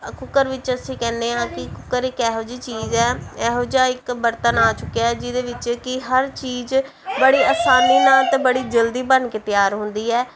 cooker ਵਿੱਚ ਅਸੀਂ ਕਹਿੰਦੇ ਹਾਂ ਕਿ ਕੁੱਕਰ ਇੱਕ ਇਹੋ ਜਿਹੀ ਚੀਜ਼ ਹੈ ਇਹੋ ਜਿਹਾ ਇੱਕ ਬਰਤਨ ਆ ਚੁੱਕਿਆ ਜਿਹਦੇ ਵਿੱਚ ਕਿ ਹਰ ਚੀਜ਼ ਬੜੀ ਆਸਾਨੀ ਨਾਲ ਅਤੇ ਬੜੀ ਜਲਦੀ ਬਣ ਕੇ ਤਿਆਰ ਹੁੰਦੀ ਹੈ